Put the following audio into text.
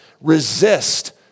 resist